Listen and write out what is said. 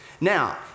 Now